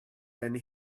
then